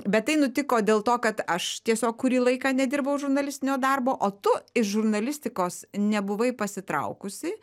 bet tai nutiko dėl to kad aš tiesiog kurį laiką nedirbau žurnalistinio darbo o tu iš žurnalistikos nebuvai pasitraukusi